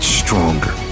stronger